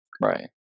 Right